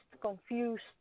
confused